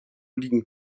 liegen